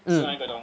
mm